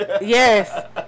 Yes